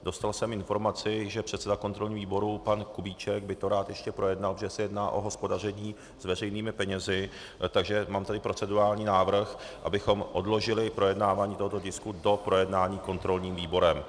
Dostal jsem informaci, že předseda kontrolního výboru pan Kubíček by to rád ještě projednal, že se jedná o hospodaření s veřejnými penězi, takže tady mám procedurální návrh, abychom odložili projednávání tohoto tisku do projednání kontrolním výborem.